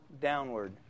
downward